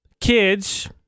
kids